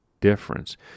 difference